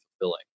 fulfilling